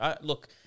Look